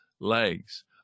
legs